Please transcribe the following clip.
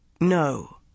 No